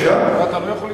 אתה לא יכול להתערב.